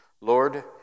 Lord